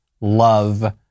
love